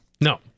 No